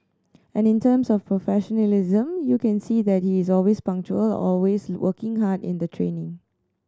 and in terms of professionalism you can see that he is always punctual always working hard in the training